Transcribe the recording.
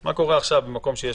האם זה קורה בהיקפים מסוימים?